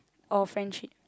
or friendship